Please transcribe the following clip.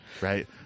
Right